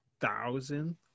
thousand